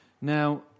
Now